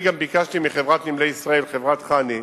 אני גם ביקשתי מחברת "נמלי ישראל", חברת חנ"י,